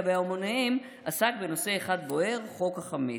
בהמוניהם עסק בנושא אחד בוער: חוק החמץ.